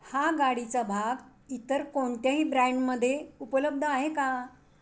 हा गाडीचा भाग इतर कोणत्याही ब्रँडमधे उपलब्ध आहे का